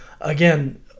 Again